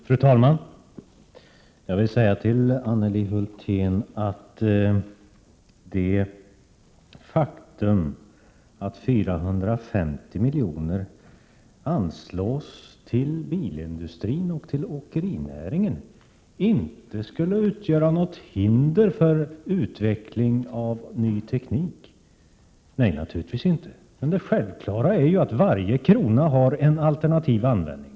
Fru talman! Det faktum att 450 milj.kr. anslås till bilindustrin och åkerinäringen utgör naturligtvis inget hinder för utveckling av ny teknik, Anneli Hulthén. Men självklart har varje krona en alternativ användning.